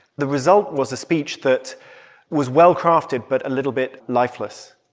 the result was a speech that was well-crafted but a little bit lifeless.